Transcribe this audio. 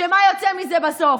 שמה יוצא מזה בסוף?